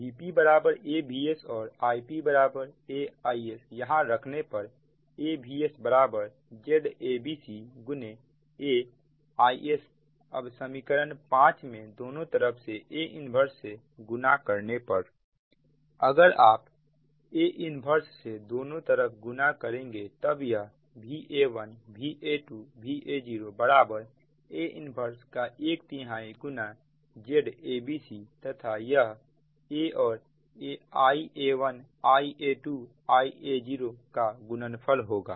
Vpबराबर AVsऔर IpAIsयहां रखने पर AVsबराबर Zabc गुने AIsअब समीकरण 5 में दोनों तरफA 1 से गुना करने पर अगर आप A 1 से दोनों तरफ गुना करेंगे तब यह Va1Va2 Va0बराबर A 1 का एक तिहाई गुना Zabc तथा यह A और Ia1 Ia2 Ia0का गुणनफल होगा